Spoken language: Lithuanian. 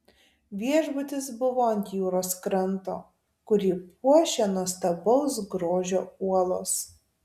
viešbutis buvo ant jūros kranto kurį puošia nuostabaus grožio uolos